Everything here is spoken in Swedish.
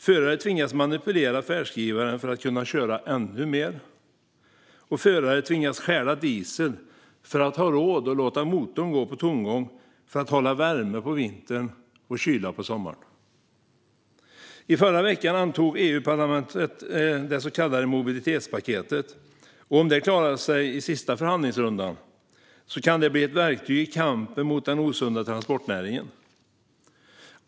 De tvingas manipulera färdskrivaren för att kunna köra ännu mer, och de tvingas stjäla diesel för att ha råd att låta motorn gå på tomgång för att hålla värme på vintern och kyla på sommaren. I förra veckan antog EU-parlamentet det så kallade mobilitetspaketet, och om det klarar sig i sista förhandlingsrundan kan det bli ett verktyg i kampen mot den osunda transportnäringen.